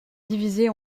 divisées